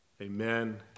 Amen